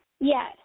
Yes